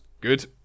good